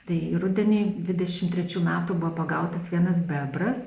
tai rudenį dvidešim trečių metų buvo pagautas vienas bebras